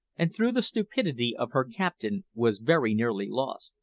and through the stupidity of her captain was very nearly lost.